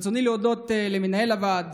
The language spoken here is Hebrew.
ברצוני להודות למנהל הוועד